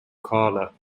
carla